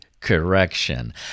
correction